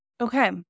Okay